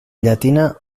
llatina